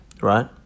right